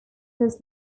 was